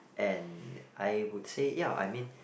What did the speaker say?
and I would say ya I mean